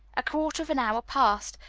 a quarter of an hour passed,